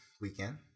weekend